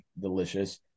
delicious